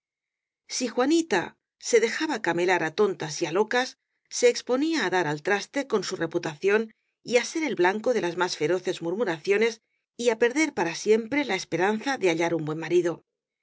si juanita se dejaba camelar á tontas y á locas se exponía á dar al traste con su reputación y á ser el blanco de las más feroces murmuraciones y á perder para siempre la esperanza de hallar un buen marido